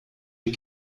les